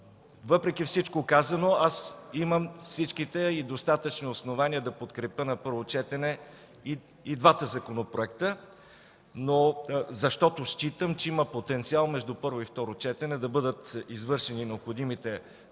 Въпреки всичко казано, аз имам всичките, а и достатъчни основания да подкрепя на първо четене и двата законопроекта, защото считам, че има потенциал между първо и второ четене да бъдат извършени необходимите промени,